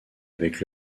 avec